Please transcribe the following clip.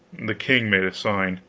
the king made a sign,